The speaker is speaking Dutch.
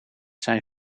zijn